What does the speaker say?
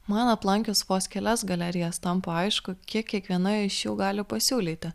man aplankius vos kelias galerijas tampa aišku kiek kiekviena iš jų gali pasiūlyti